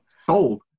Sold